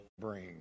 bring